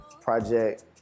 project